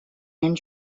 and